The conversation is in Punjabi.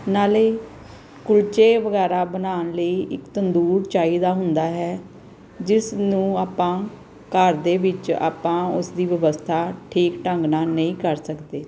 ਨਾਲੇ ਕੁਲਚੇ ਵਗੈਰਾ ਬਣਾਉਣ ਲਈ ਇੱਕ ਤੰਦੂਰ ਚਾਹੀਦਾ ਹੁੰਦਾ ਹੈ ਜਿਸ ਨੂੰ ਆਪਾਂ ਘਰ ਦੇ ਵਿੱਚ ਆਪਾਂ ਉਸਦੀ ਵਿਵਸਥਾ ਠੀਕ ਢੰਗ ਨਾਲ ਨਹੀਂ ਕਰ ਸਕਦੇ